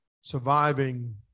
Surviving